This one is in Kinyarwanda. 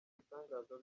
bitangaza